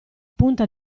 punta